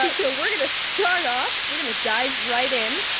ah so we're gonna start off, we're gonna dive right in.